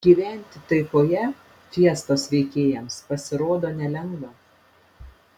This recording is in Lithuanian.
gyventi taikoje fiestos veikėjams pasirodo nelengva